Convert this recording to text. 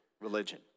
religion